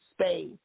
space